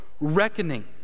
reckoning